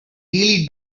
really